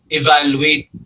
evaluate